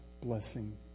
blessing